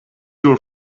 your